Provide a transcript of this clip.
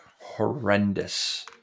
horrendous